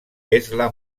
tesla